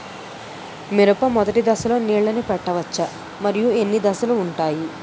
మిరప మొదటి దశలో నీళ్ళని పెట్టవచ్చా? మరియు ఎన్ని దశలు ఉంటాయి?